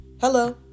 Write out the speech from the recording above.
Hello